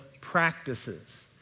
practices